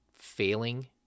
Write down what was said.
failing